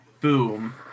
boom